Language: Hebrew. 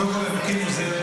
קודם כול, אלוקים עוזר.